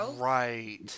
right